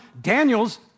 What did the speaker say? Daniel's